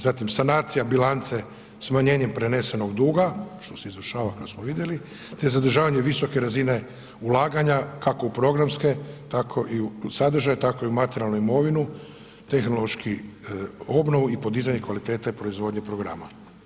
Zatim sanacija bilance smanjenjem prenesenog duga što se izvršava kao što smo vidjeli, te zadržavanje visoke razine ulaganja kako u programske tako i u sadržaj, tako i u materijalnu imovinu, tehnološku obnovu i podizanje kvalitete proizvodnje programa.